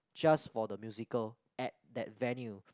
just for the musical at that venue